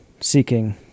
seeking